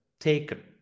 taken